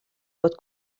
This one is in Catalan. pot